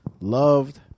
loved